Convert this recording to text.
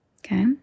Okay